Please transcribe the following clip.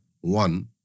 one